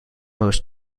most